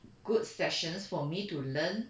good sessions for me to learn